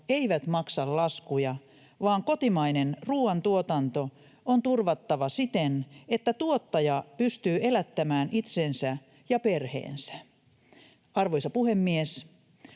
eivät maksa laskuja, vaan kotimainen ruuantuotanto on turvattava siten, että tuottaja pystyy elättämään itsensä ja perheensä. Arvoisa puhemies!